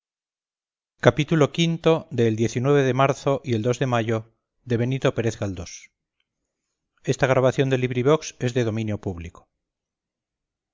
xxvi xxvii xxviii xxix xxx el de marzo y el de mayo de benito pérez